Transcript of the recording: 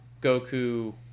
Goku